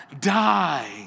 die